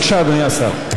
בבקשה, אדוני השר.